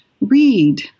read